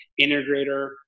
integrator